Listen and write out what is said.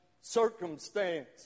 circumstance